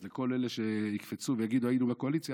אז לכל אלה שיקפצו ויגידו שהיינו בקואליציה,